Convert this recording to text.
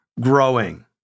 growing